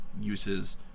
uses